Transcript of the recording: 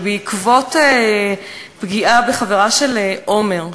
ובעקבות פגיעה בחברה של עומר,